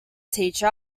teacher